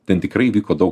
ten tikrai vyko daug